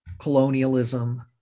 colonialism